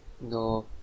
No